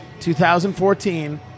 2014